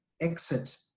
exit